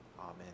Amen